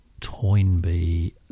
Toynbee